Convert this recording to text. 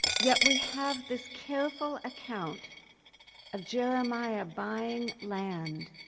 yet we have this careful account of jeremiah buying land,